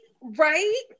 right